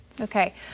Okay